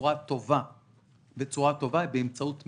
בצורה טובה היא באמצעות מניעה.